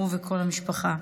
הוא וכל המשפחה.